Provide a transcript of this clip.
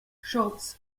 schultz